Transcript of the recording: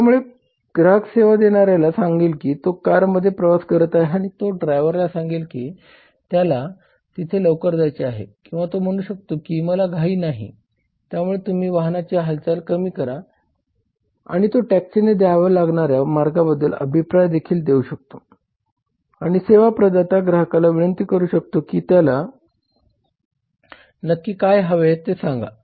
त्यामुळे ग्राहक सेवा देणाऱ्याला सांगेल की तो कारमध्ये प्रवास करत आहे आणि तो ड्रायव्हरला सांगेल की त्याला तिथे लवकर जायचे आहे किंवा तो म्हणू शकतो की मला घाई नाही त्यामुळे तुम्ही वाहनाची हालचाल कमी करा आणि तो टॅक्सीने घ्याव्या लागणाऱ्या मार्गाबद्दल अभिप्राय देखील देऊ शकतो आणि सेवा प्रदाता ग्राहकाला विनंती करू शकतो की त्याला नक्की काय हवे आहे ते सांगा